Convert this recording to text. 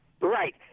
Right